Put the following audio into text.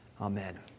Amen